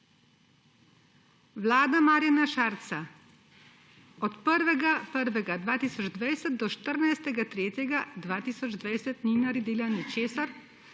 Vlada Marjana Šarca od 1. 1. 2020 do 14. 3. 2020 ni naredila ničesar